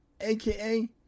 aka